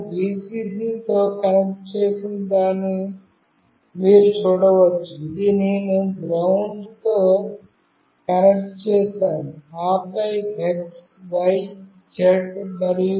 నేను Vcc తో connect చేసిన దాన్ని మీరు చూడవచ్చు ఇది నేను GND తో కనెక్ట్ చేసాను ఆపై x y z